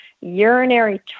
urinary